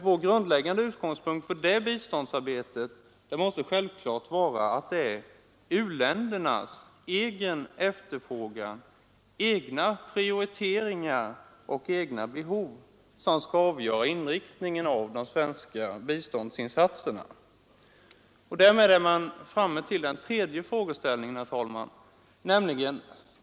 Vår grundläggande utgångspunkt i detta biståndsarbete måste självklart vara att det är u-ländernas egen efterfrågan, deras egna prioriteringar och egna behov som skall avgöra inriktningen av de svenska biståndsinsatserna. Därmed är jag framme vid en tredje frågeställning, herr talman!